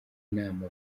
inama